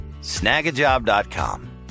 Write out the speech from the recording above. Snagajob.com